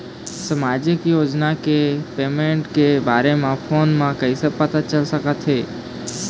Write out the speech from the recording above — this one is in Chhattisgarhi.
सामाजिक योजना के पेमेंट के बारे म फ़ोन म कइसे पता चल सकत हे?